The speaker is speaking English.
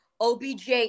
OBJ